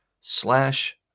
slash